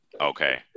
Okay